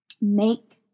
make